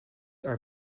are